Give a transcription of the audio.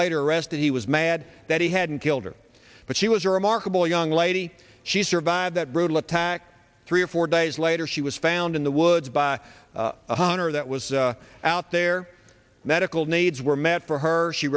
later arrested he was mad that he hadn't killed her but she was a remarkable young lady she survived that brutal attack three or four days later she was found in the woods by one hundred that was out there medical needs were met for her she